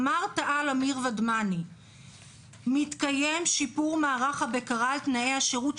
אמר תא"ל אמיר ודמני שמתקיים שיפור מערך הבקרה על תנאי השירות,